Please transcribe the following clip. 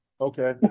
Okay